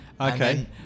Okay